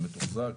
זה מתוחזק,